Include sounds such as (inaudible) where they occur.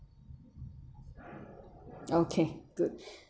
okay good (breath)